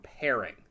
pairing